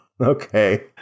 Okay